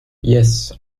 yes